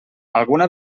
alguna